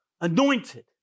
anointed